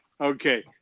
okay